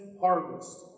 harvest